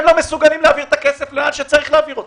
והם לא מסוגלים להעביר את הכסף לאן שצריך להעביר אותו.